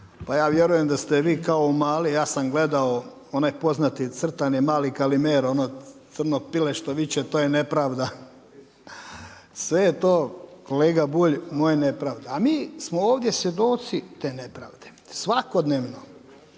pa ja vjerujem da ste vi kao mali, ja sam gledao onaj poznati crtani Mali Kalimero, ono crno pile što viče „To je nepravda.“ Sve je to kolega Bulj, moj, nepravda. A mi smo ovdje svjedoci te nepravde, svakodnevno.